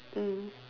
mm